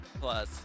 Plus